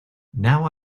now